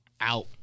out